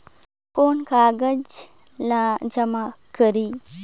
कौन का कागज ला जमा करी?